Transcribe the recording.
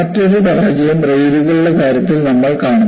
മറ്റൊരു പരാജയം റെയിലുകളുടെ കാര്യത്തിൽ നിങ്ങൾ കാണുന്നു